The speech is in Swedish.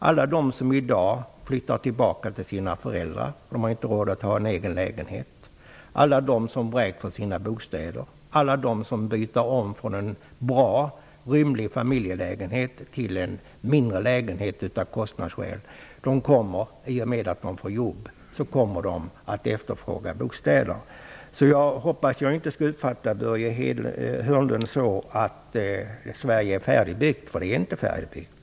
Alla de som i dag flyttar tillbaka till sina föräldrar för att de inte har råd att ha en egen lägenhet, alla de som vräkts från sina bostäder och alla de som bytt från en bra och rymlig familjelägenhet till en mindre lägenhet av kostnadsskäl kommer att efterfråga bostäder i och med att de får jobb. Jag hoppas att Börje Hörnlund inte anser att Sverige är färdigbyggt. Det är inte färdigbyggt.